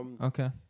Okay